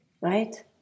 right